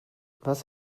was